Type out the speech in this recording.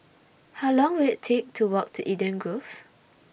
How Long Will IT Take to Walk to Eden Grove